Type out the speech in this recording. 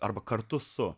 arba kartu su